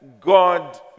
God